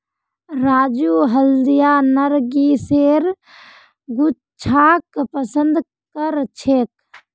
राजू हल्दिया नरगिसेर गुच्छाक पसंद करछेक